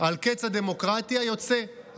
על קץ הדמוקרטיה יוצא,